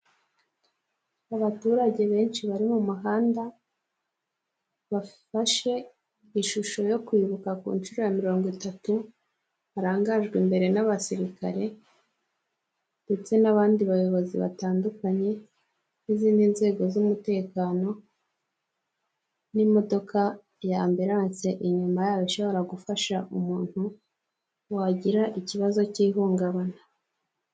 Abaturage benshi bari mu muhanda bafashe ishusho yo kwibuka ku nshuro ya mirongo itatu barangajwe imbere n'abasirikare ndetse n'abandi bayobozi batandukanye n'izindi nzego z'umutekano n'imodoka y'amburance inyuma yabo ishobora gufasha umuntu wagira ikibazo cy'ihungabana.